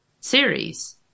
series